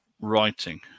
writing